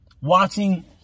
watching